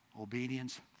Obedience